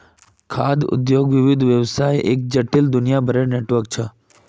खाद्य उद्योग विविध व्यवसायर एक जटिल, दुनियाभरेर नेटवर्क छ